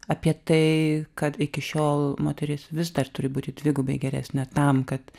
apie tai kad iki šiol moteris vis dar turi būti dvigubai geresne tam kad